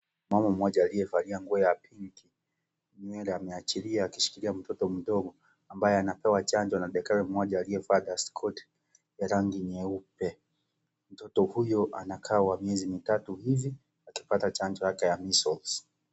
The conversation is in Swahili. Mama mmoja aliyevalia nguo ya pinki, nywele ameachilia akishikilia mtoto mdogo ambaye anapewa chanjo na daktari mmoja aliyevaa dastikoti ya rangi nyeupe, mtoto huyo anakaa wa miezi mitatu hivi akipata chanjo yake ya (cs)measles(cs).